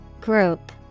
Group